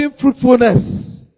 fruitfulness